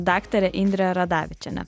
daktare indre radavičiene